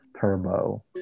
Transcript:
Turbo